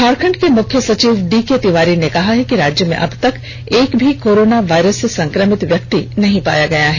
झारखंड के मुख्य सचिव डीके तिवारी ने कहा है कि राज्य में अबतक एक भी कोरोना वायरस से संक्रमित व्यक्ति नहीं पाया गया है